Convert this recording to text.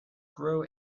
grow